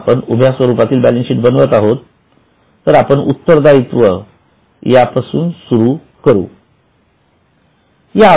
आत्ता आपण उभ्या स्वरूपात बॅलन्स शीट बनवीत आहोत तर आपण उत्तरदायित्व आणि सुरुवात करू